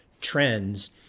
trends